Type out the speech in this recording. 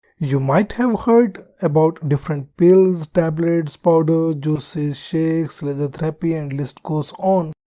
you might have heard about different pills, tablets, powder, juices, shakes, laser therapy and list goes on.